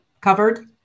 covered